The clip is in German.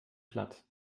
platt